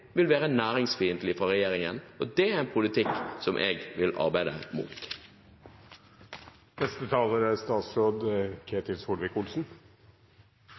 vil være næringsfiendtlig fra regjeringen, og det er en politikk som jeg vil arbeide mot. Dette er